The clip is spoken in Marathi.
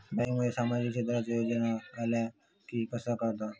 बँकांमध्ये सामाजिक क्षेत्रांच्या योजना आल्या की कसे कळतत?